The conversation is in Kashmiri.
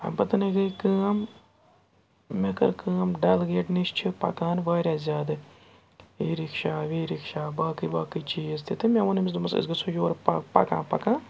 اَمہِ پَتَنَے گٔے کٲم مےٚ کٔر کٲم ڈَل گیٹ نِش چھِ پَکان واریاہ زیادٕ ای رِکشاہ وی رِکشاہ باقٕے باقٕے چیٖز تہِ تہٕ مےٚ ووٚن أمِس دوپمَس أسۍ گژھو یورٕ پَک پَکان پَکان